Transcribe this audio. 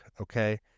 okay